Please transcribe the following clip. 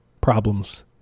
problems